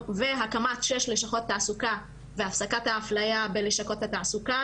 והקמת שש לשכות תעסוקה והפסקת האפליה בלשכות התעסוקה,